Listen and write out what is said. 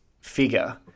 figure